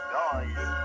noise